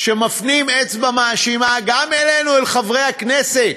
שמפנים אצבע מאשימה גם אלינו, אל חברי הכנסת,